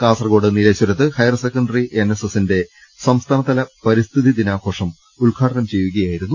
കാസർക്കോട് നീലേശ്വരത്ത് higher secondary N S എസിന്റെ സംസ്ഥാനതല പരിസ്ഥിതി ദിനാഘോഷം ഉദ്ഘാ ടനം ചെയ്യുകയായിരുന്നു മന്ത്രി